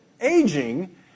aging